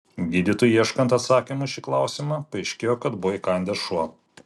gydytojui ieškant atsakymų į šį klausimą paaiškėjo kad buvo įkandęs šuo